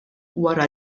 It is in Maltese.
wara